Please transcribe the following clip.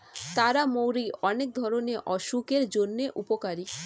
তারা মৌরি অনেক ধরণের অসুখের জন্য উপকারী